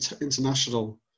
international